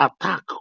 attack